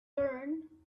learn